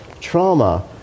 trauma